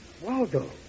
Waldo